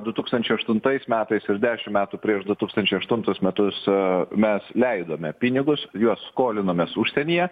du tūkstančiai aštuntais metais iš dešimt metų prieš du tūkstančiai aštuntus metus mes leidome pinigus juos skolinomės užsienyje